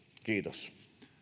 kiitos